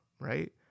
right